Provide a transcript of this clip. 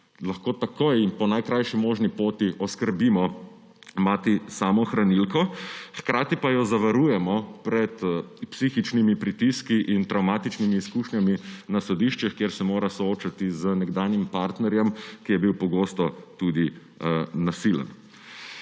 lahko takoj in po najkrajši možno poti oskrbimo mater samohranilko, hkrati pa jo zavarujemo pred psihičnimi pritiski in travmatičnimi izkušnjami na sodiščih, kjer se mora soočati z nekdanjim partnerjem, ki je bil pogosto tudi nasilen.